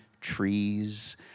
trees